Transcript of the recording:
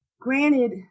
granted